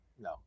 no